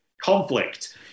conflict